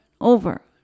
over